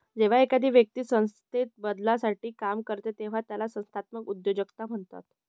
जेव्हा एखादी व्यक्ती संस्थेत बदलासाठी काम करते तेव्हा त्याला संस्थात्मक उद्योजकता म्हणतात